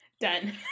done